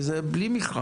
ועושים את זה בלי מכרז.